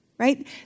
right